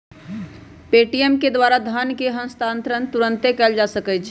Paytm के द्वारा धन के हस्तांतरण तुरन्ते कएल जा सकैछइ